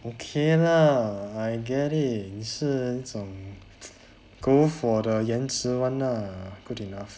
okay lah I get it 你是那种 go for the 言辞 [one] ah good enough